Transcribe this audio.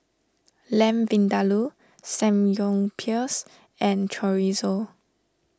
Lamb Vindaloo Samgyeopsal and Chorizo